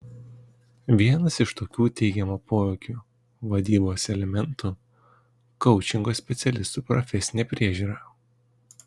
vienas iš tokių teigiamo poveikio vadybos elementų koučingo specialistų profesinė priežiūra